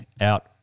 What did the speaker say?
out